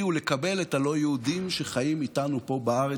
הוא לקבל את הלא-יהודים שחיים איתנו פה בארץ.